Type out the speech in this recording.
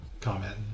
comment